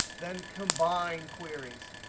then combine queries.